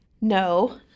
No